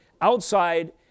outside